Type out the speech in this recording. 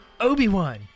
Obi-Wan